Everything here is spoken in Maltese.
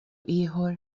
ieħor